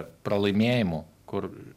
pralaimėjimų kur